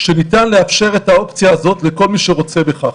שניתן לאפשר את האופציה הזאת לכל מי שרוצה בכך.